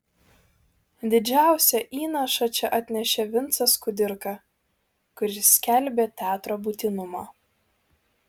didžiausią įnašą čia atnešė vincas kudirka kuris skelbė teatro būtinumą